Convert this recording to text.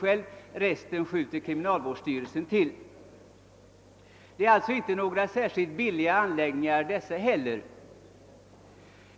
själv, och resten skjuter kriminalvårdsstyrelsen till. Inte heller dessa anläggningar är alltså särskilt billiga.